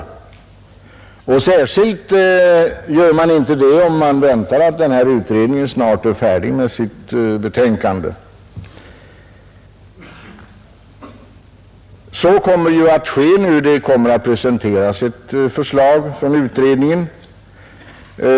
Man har särskilt stor anledning att inte göra det, om man väntar att denna utredning snart är färdig med sitt betänkande. Och så är ju fallet med utredningen på detta område, som kommer att lägga fram ett förslag.